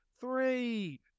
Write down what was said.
three